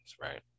right